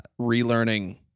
relearning